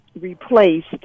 replaced